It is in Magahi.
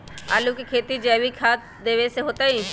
आलु के खेती जैविक खाध देवे से होतई?